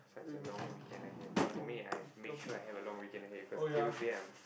that's a long weekend ahead for me I make sure I have a long weekend ahead cause Tuesday I'm